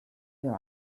your